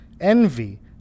envy